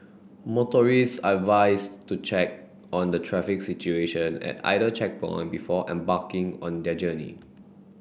motorists are advised to check on the traffic situation at either checkpoint before embarking on their journey